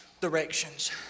directions